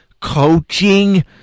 Coaching